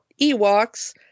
Ewoks